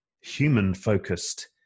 human-focused